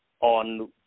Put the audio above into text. on